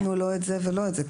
לא פירטנו לא את זה ולא את זה.